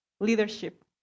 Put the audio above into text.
leadership